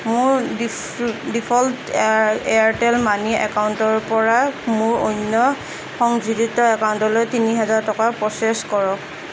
মোৰ ডিফ' default Airtel money একাউণ্টৰ পৰা মোৰ অন্য সংযোজিত একাউণ্টলৈ তিনি হেজাৰ টকা প্ৰ'চেছ কৰক